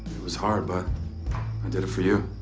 it was hard. but i did it for you.